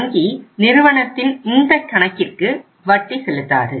வங்கி நிறுவனத்தின் இந்த கணக்கிற்கு வட்டி செலுத்தாது